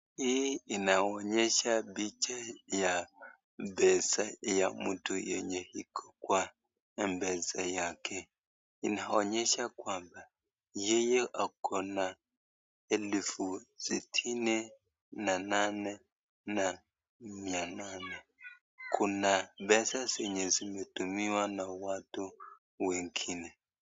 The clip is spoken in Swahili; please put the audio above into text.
Hii inaonyesha pesa ya mtu yonye ikukwa na M-pesa yake. Inaonyesha kwamba, yeye ako na elfu sitini na nane na mia nane. Kuna pesa zenye zimitumiwa na watu wingine.